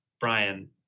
Brian